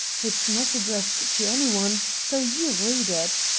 it's not addressed to any one, so you read it!